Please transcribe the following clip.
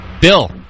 Bill